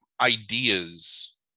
ideas